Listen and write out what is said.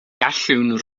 gallwn